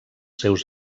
seus